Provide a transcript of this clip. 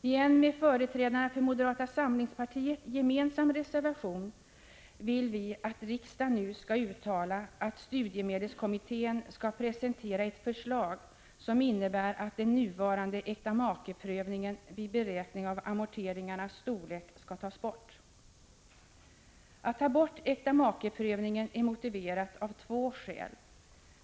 I en med företrädarna för moderata samlingspartiet gemensam reservation Prot. 1985/86:130 vill vi att riksdagen nu skall uttala att studiemedelskommittén skall presente 29 april 1986 ra ett förslag, som innebär att den nuvarande äktamakeprövningen vid beräkning av amorteringarnas storlek skall tas bort. Att ta bort äktamakeprövningen är motiverat av två skäl.